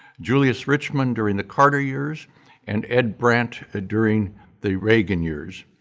julius richmond during the carter years and ed brandt ah during the reagan years.